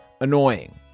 Annoying